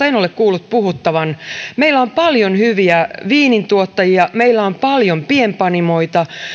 en ole kuullut puhuttavan meillä on paljon hyviä viinintuottajia meillä on paljon pienpanimoita